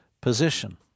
position